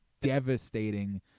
devastating